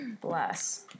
Bless